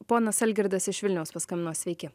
ponas algirdas iš vilniaus paskambino sveiki